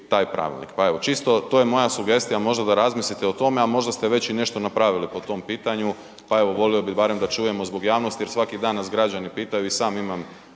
taj pravilnik pa evo, čisto, to je moja sugestija možda da razmislite o tome, a možda ste već nešto i napravili po tom pitanju pa evo volio bih barem da čujemo zbog javnosti jer svaki dan nas građani pitaju i sam imam